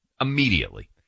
Immediately